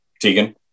Tegan